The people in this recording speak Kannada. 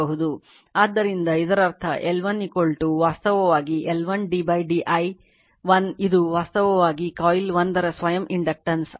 ಆದ್ದರಿಂದ ಇದರರ್ಥ L 1 ವಾಸ್ತವವಾಗಿ L 1 d di1 ಇದು ವಾಸ್ತವವಾಗಿ ಕಾಯಿಲ್ 1ನ ಸ್ವಯಂ ಇಂಡಕ್ಟನ್ಸ್ ಆಗಿದೆ